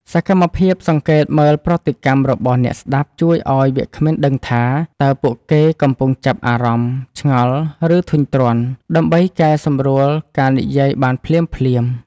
សកម្មភាពសង្កេតមើលប្រតិកម្មរបស់អ្នកស្ដាប់ ជួយឱ្យវាគ្មិនដឹងថា តើពួកគេកំពុងចាប់អារម្មណ៍ ឆ្ងល់ ឬធុញទ្រាន់ ដើម្បីកែសម្រួលការនិយាយបានភ្លាមៗ។